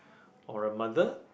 or a mother